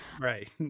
Right